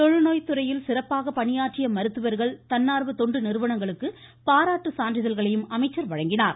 தொழுநோய் துறையில் சிறப்பாக பணியாற்றிய மருத்துவர்கள் தன்னார்வ தொண்டு நிறுவனங்களுக்கு பாராட்டு சான்றிதழ்களையும் அவர் அளித்தார்